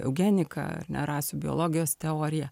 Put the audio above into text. eugeniką ar ne rasių biologijos teoriją